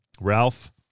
Ralph